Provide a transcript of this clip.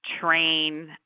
train